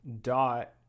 dot